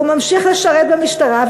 הוא ממשיך לשרת במשטרה,